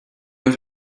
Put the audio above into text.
out